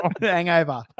Hangover